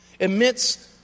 amidst